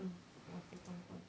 mm or sotong ball